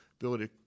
ability